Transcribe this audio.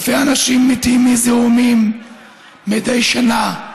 אלפי אנשים מתים מזיהומים מדי שנה,